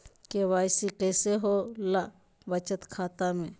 KYC कैसे होला बचत खाता में?